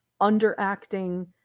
underacting